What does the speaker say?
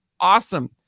Awesome